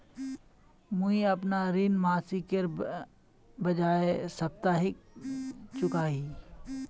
मुईअपना ऋण मासिकेर बजाय साप्ताहिक चुका ही